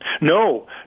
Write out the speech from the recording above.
No